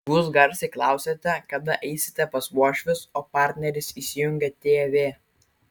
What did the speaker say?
jūs garsiai klausiate kada eisite pas uošvius o partneris įsijungia tv